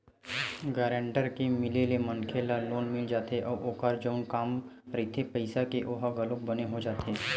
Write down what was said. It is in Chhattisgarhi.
गारेंटर के मिले ले मनखे ल लोन मिल जाथे अउ ओखर जउन काम रहिथे पइसा के ओहा घलोक बने हो जाथे